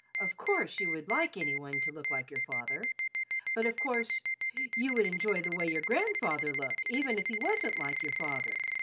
of course you would like any one to look like your father but of course you would enjoy the way your grandfather looked, even if he wasn't like your father.